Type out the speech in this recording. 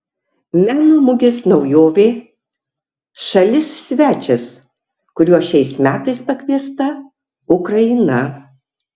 meno mugės naujovė šalis svečias kuriuo šiais metais pakviesta ukraina